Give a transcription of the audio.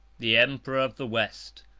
the emperor of the west,